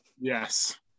yes